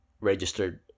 registered